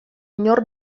inor